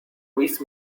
luis